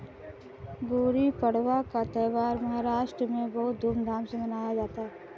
गुड़ी पड़वा का त्यौहार महाराष्ट्र में बहुत धूमधाम से मनाया जाता है